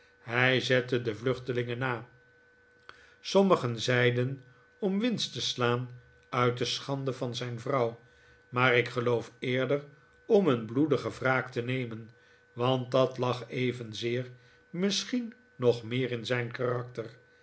hij zette de vluchtelingen na sommigen zeiden om winst te slaan uit de schande van zijn vrouw maar ik geloof eerder om een bloedige wraak te nemen want dat lag evenzeer misschien nog meer in zijn karakter